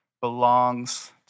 belongs